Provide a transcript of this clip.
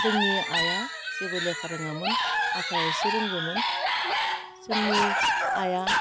जोंनि आइया जेबो लेखा रोङामोन आफाया एसे रोंगौमोन जोंनि आइया